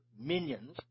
minions